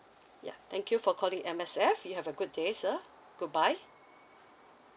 ya thank you for calling M_S_F you have a good day sir goodbye